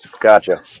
Gotcha